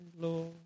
Lord